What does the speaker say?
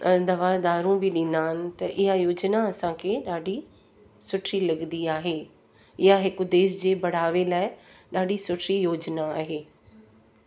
ऐं दवा दारू बि ॾींदा आहिनि त इहा योजना असांखे ॾाढी सुठी लॻंदी आहे इहा हिकु देश जे बढ़ावे लाइ ॾाढी सुठी योजना आहे